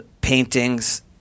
paintings